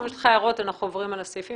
אנחנו עוברים על הסעיפים,